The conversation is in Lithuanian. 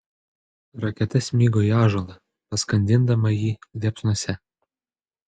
raketa smigo į ąžuolą paskandindama jį liepsnose